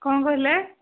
କ'ଣ କହିଲେ